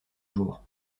jour